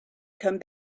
come